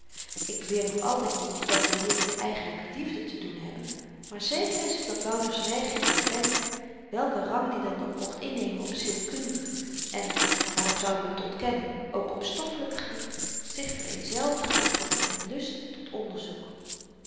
ik beweer nog altyd niet dat we hier met eigenlyke liefde te doen hebben maar zeker is het dat wouters neiging voor femke welken rang die dan ook mocht innemen op zielkundig en waarom zouden we t ontkennen ook op stoffelyk gebied zich vereenzelvigde met lust tot onderzoek